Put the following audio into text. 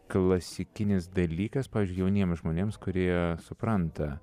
klasikinis dalykas jauniems žmonėms kurie supranta